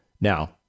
Now